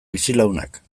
bizilagunak